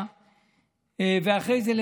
הוא היה איש של